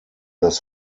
das